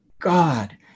God